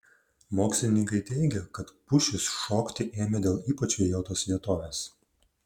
mokslininkai teigia kad pušys šokti ėmė dėl ypač vėjuotos vietovės